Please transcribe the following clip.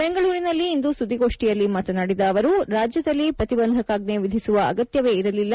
ಬೆಂಗಳೂರಿನಲ್ಲಿ ಇಂದು ಸುದ್ದಿಗೋಷ್ಠಿಯಲ್ಲಿ ಮಾತನಾಡಿದ ಅವರು ರಾಜ್ಯದಲ್ಲಿ ಪ್ರತಿಬಂಧಕಾಜ್ಞೆ ವಿಧಿಸುವ ಅಗತ್ಯವೇ ಇರಲಿಲ್ಲ